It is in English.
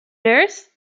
earth